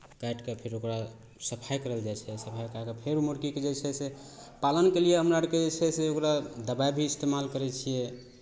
काटि कऽ फेर ओकरा सफाइ करल जाइ छै सफाइ कएऽ फेर मुरगीकेँ जे छै से पालनके लिए हमरा आरके जे छै से ओकरा दबाइ भी इस्तेमाल करै छियै